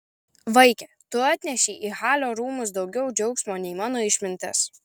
vaike tu atnešei į halio rūmus daugiau džiaugsmo nei mano išmintis